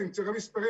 עם צירי מספרים,